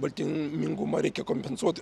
baltymingumą reikia kompensuoti